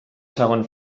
segon